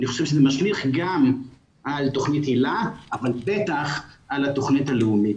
אני חושב שהוא משליך גם על תוכנית היל"ה אבל בטח על התוכנית הלאומית.